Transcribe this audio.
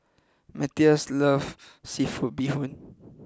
Matthias love Seafood Bee Hoon